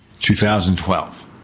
2012